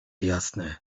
jasne